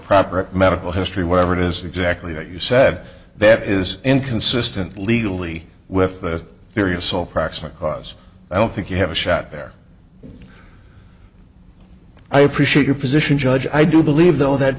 proper medical history whatever it is exactly that you said that is inconsistent legally with the theory of sole proximate cause i don't think you have a shot there i appreciate your position judge i do believe though that